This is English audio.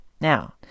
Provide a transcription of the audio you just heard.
Now